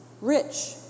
rich